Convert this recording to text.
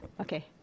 Okay